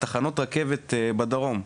תחנות הרכבת בדרום.